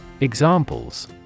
Examples